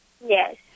Yes